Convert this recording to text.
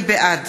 בעד